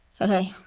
Okay